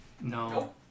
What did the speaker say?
No